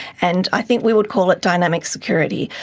and i think we would call it dynamic security.